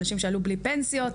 אנשים שעלו בלי פנסיות,